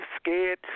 scared